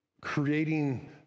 creating